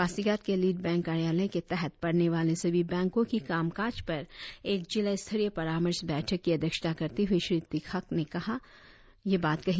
पासीघाट के lead bank कार्यालय के तहत पड़ने वाले सभी बैंको की कामकाज पर एक जिला स्तरीय परामर्श बैठक की अध्यक्षता करते हुए श्री तिखाक ने यह बात कही